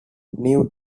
knew